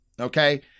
okay